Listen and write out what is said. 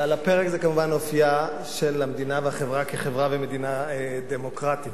ועל הפרק זה כמובן אופיה של המדינה והחברה כחברה ומדינה דמוקרטית.